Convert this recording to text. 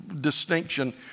distinction